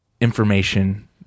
information